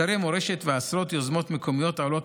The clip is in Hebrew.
אתרי מורשת ועשרות יוזמות מקומיות העולות